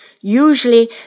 Usually